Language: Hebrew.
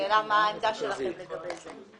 השאלה מה העמדה שלכם לגבי זה.